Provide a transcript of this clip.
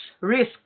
risk